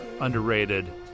underrated